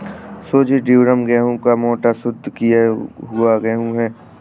सूजी ड्यूरम गेहूं का मोटा, शुद्ध किया हुआ गेहूं है